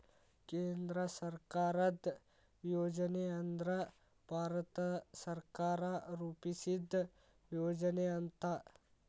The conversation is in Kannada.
ಕೇಂದ್ರ ಸರ್ಕಾರದ್ ಯೋಜನೆ ಅಂದ್ರ ಭಾರತ ಸರ್ಕಾರ ರೂಪಿಸಿದ್ ಯೋಜನೆ ಅಂತ